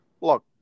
look